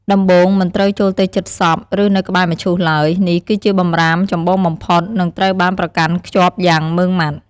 ដំបូង មិនត្រូវចូលទៅជិតសព ឬនៅក្បែរមឈូសឡើយ នេះគឺជាបម្រាមចម្បងបំផុត និងត្រូវបានប្រកាន់ខ្ជាប់យ៉ាងម៉ឺងម៉ាត់។